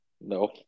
No